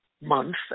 month